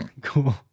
Cool